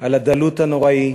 על הדלות הנוראית